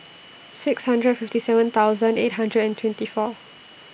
six hundred fifty seven thousand eight hundred and twenty four